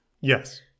Yes